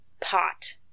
pot